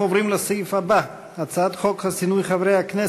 אנחנו עוברים לסעיף הבא: הצעת חוק חסינות חברי הכנסת,